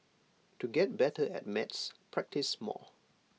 to get better at maths practise more